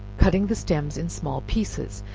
cutting the stems in small pieces,